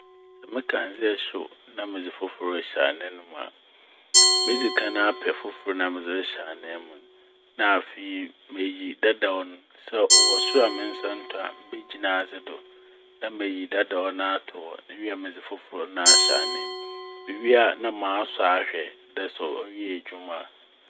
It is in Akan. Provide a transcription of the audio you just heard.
Sɛ me kandzea hyew na medze fofor rehyɛ anan mu a. Medzi kan apɛ fofor na medze rehyɛ anan m' na afei meyi dadaw no. Sɛ ɔwɔ sor a me nsa nnto a megyina adze do na meyi dadaw no ato hɔ na ewie a medze fofor no ahyɛ aneem. Mewie a na masɔ ahwɛ dɛ sɛ ɔyɛ edwuma a.